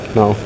no